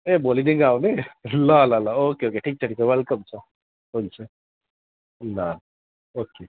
ए भोलिदेखिको आउने ल ल ल ओके ओके ठिक छ ठिक छ वेलकम छ हुन्छ ल ओके